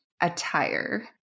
attire